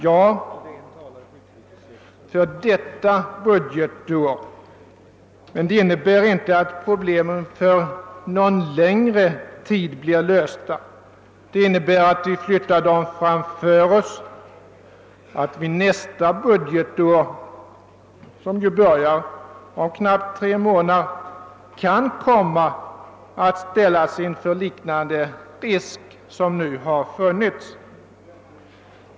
Ja, under detta budgetår. Men problemen blir inte lösta för någon längre tid. Vi skjuter dem bara framför oss. Nästa budgetår, som börjar om knappt tre månader, kan vi komma att ställas inför en liknande brist som vi har nu.